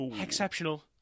exceptional